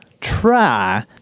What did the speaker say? try